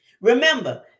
Remember